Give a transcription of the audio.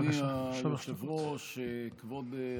אדוני היושב-ראש, כבוד השר,